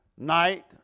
night